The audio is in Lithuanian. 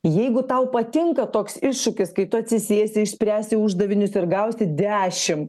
jeigu tau patinka toks iššūkis kai tu atsisėsi išspręsti uždavinius ir gausi dešimt